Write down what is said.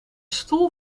stoel